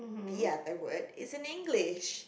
the other word is in English